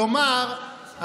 כלומר,